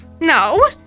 No